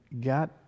got